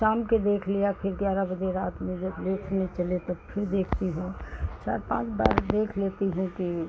शाम के देख लिया फिर ग्यारह बजे रात में जब लेटने चले तो फिर देखती हूँ चार पाँच बार देख लेती हूँ कि